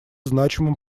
значимом